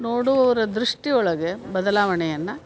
ನೋಡುವವರ ದೃಷ್ಟಿ ಒಳಗೆ ಬದಲಾವಣೆಯನ್ನು